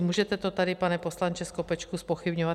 Můžete to tady, pane poslanče Skopečku, zpochybňovat.